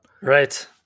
right